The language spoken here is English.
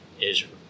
Israel